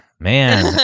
man